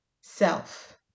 self